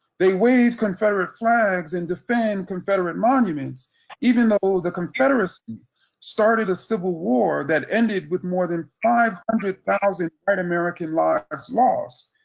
they wave confederate flags and defend confederate monuments even though the confederacy started a civil war that ended with more than five hundred thousand american lives has lost,